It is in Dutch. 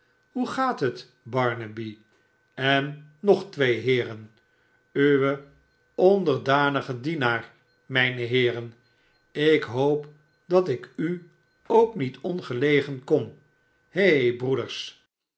hoe gaat het barnaby en nog twee heeren uw onderdanige dienaar mijne heeren ik hoop dat ik u ook niet ongelegen kom he broeders